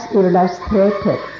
illustrated